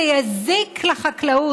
זה יזיק לחקלאות,